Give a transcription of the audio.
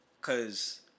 Cause